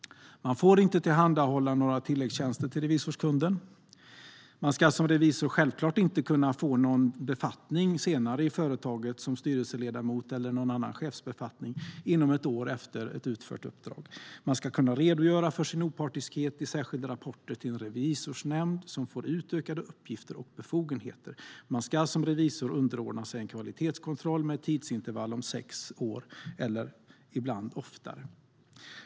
Man får inte tillhandahålla några tilläggstjänster till revisorskunden. Man ska som revisor självklart inte kunna få någon befattning i företaget, som till exempel styrelseledamot eller chef, inom ett år efter utfört uppdrag. Man ska kunna redogöra för sin opartiskhet i särskilda rapporter till en revisorsnämnd, som får utökade uppgifter och befogenheter. Man ska som revisor underordna sig en kvalitetskontroll med ett tidsintervall om sex år eller, ibland, mindre.